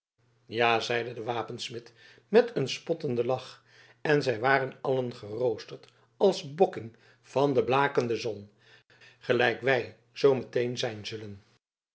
ja zeide de wapensmid met een spottenden lach en zij waren allen geroosterd als bokking van de blakende zon gelijk wij zoo meteen zijn zullen